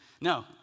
No